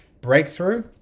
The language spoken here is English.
breakthrough